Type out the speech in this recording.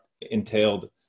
entailed